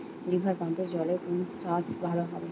রিভারপাম্পের জলে কোন চাষ ভালো হবে?